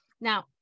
now